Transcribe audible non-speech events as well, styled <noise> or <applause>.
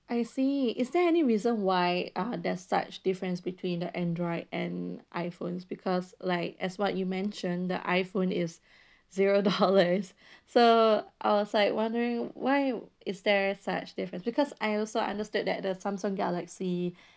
I see is there any reason why uh there's such difference between the Android and iPhones because like as what you mentioned the iPhone is <breath> zero dollars <laughs> so I was like wondering why is there such different because I also understood that the Samsung galaxy <breath>